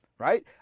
Right